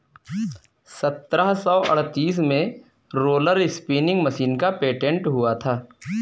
सत्रह सौ अड़तीस में रोलर स्पीनिंग मशीन का पेटेंट हुआ था